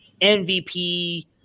MVP